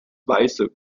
weiße